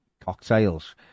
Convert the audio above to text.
cocktails